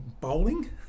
bowling